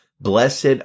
blessed